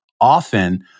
often